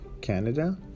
Canada